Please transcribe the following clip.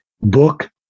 book